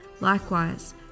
Likewise